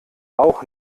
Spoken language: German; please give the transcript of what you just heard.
auch